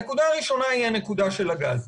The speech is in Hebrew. הנקודה הראשונה היא הנקודה של הגז.